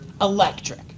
Electric